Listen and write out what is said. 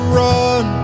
run